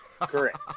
Correct